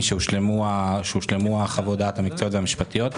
משהושלמו חוות הדעת המקצועיות המשפטיות,